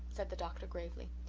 said the doctor gravely,